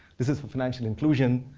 this is for financial inclusion.